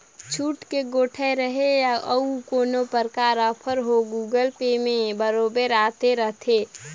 छुट के गोयठ रहें या अउ कोनो परकार आफर हो गुगल पे म बरोबर आते रथे